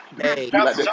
hey